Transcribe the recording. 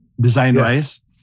design-wise